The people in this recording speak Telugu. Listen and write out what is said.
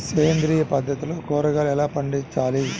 సేంద్రియ పద్ధతిలో కూరగాయలు ఎలా పండించాలి?